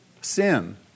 Sin